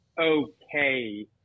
okay